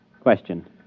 Question